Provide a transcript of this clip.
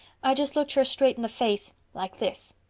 i just looked her straight in the face. like this.